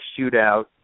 shootout